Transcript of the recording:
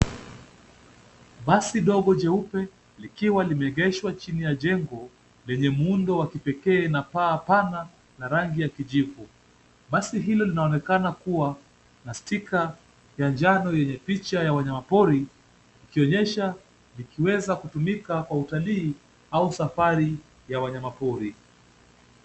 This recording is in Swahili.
Basi ndogo jeupe likiwa limeegeshwa chini ya jengo lenye muundo wa kipekee na paa pana la rangi ya kijivu. Basi hilo linaonekana kuwa na stika ya njano yenye picha ya wanyamapori, likionyesha likiweza kutumika kwa utalii au safari ya wanyamapori.